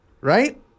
right